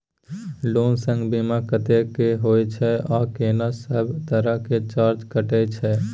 Loan संग बीमा कत्ते के होय छै आ केना सब तरह के चार्ज कटै छै?